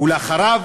ואחריו,